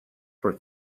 for